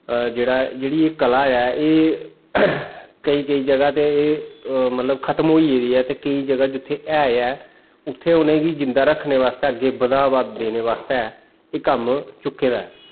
जेहड़ा ऐ जेहड़ी एह् कला ऐ एह् केईं केईं जगह् ते एह् मतलब खत्म होई गेदी ऐ ते केईं जगह् जित्थै एह् ऐ उत्थै उ'नेंगी जिंदा रक्खने आस्ते अग्गें बधावा देने बास्ते एह् कम्म चुके दा ऐ